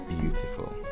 beautiful